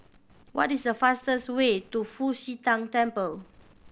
what is the fastest way to Fu Xi Tang Temple